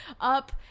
up